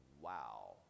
Wow